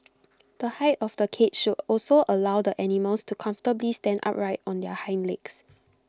the height of the cage should also allow the animals to comfortably stand upright on their hind legs